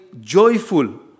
joyful